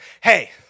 Hey